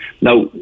Now